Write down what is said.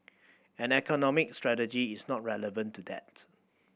and economic strategy is not irrelevant to that